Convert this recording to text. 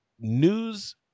news